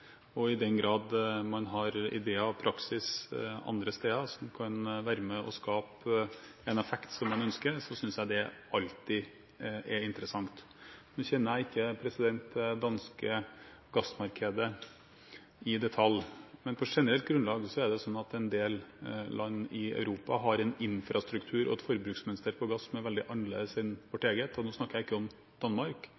det. I den grad man har ideer og praksis andre steder som kan være med på å skape en effekt man ønsker, synes jeg det alltid er interessant. Nå kjenner jeg ikke det danske gassmarkedet i detalj. På generelt grunnlag er det sånn at en del land i Europa har en infrastruktur og et forbruksmønster på gass som er annerledes enn vårt